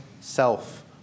self